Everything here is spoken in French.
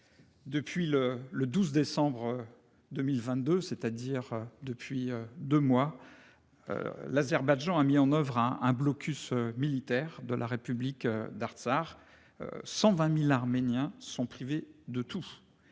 Depuis le le 12 décembre. 2022, c'est-à-dire depuis 2 mois. L'Azerbaïdjan a mis en oeuvre un un blocus militaire de la République d'tsar. 120.000 Arméniens sont privés de tout.